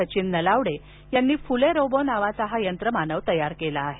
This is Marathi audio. सचिन नलावडे यांनी फुले रोबो नावाचा हा यंत्रमानव तयार केला आहे